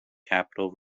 capital